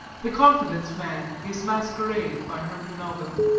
the confidence-man his masquerade. by herman melville,